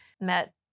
met